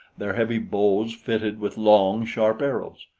their heavy bows fitted with long, sharp arrows.